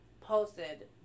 posted